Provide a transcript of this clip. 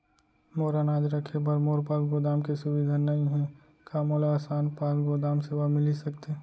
मोर अनाज रखे बर मोर पास गोदाम के सुविधा नई हे का मोला आसान पास गोदाम सेवा मिलिस सकथे?